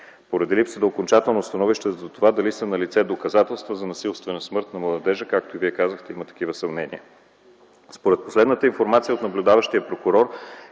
поради липса на окончателно становище дали са налице доказателства за насилствена смърт на младежа, както и Вие казахте – има такива съмнения. Според последната информация от наблюдаващия прокурор